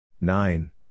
Nine